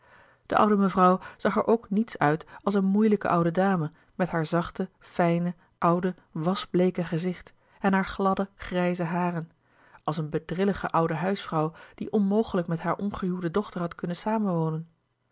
de oude mevrouw zag er ook niets uit als een moeilijke oude dame met hare zachte fijne oude wasbleeke gezicht en hare gladde grijze haren als een bedrillige oude huisvrouw die onmogelijk met hare ongehuwde dochter had kunnen